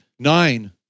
Nine